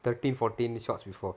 thirteen fourteen shots before